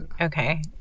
Okay